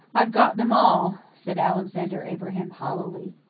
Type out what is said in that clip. i've got them all, said alexander abraham hollowly.